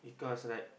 because like